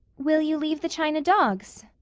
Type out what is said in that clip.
will you leave the china dogs?